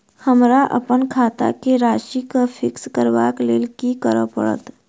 हमरा अप्पन खाता केँ राशि कऽ फिक्स करबाक लेल की करऽ पड़त?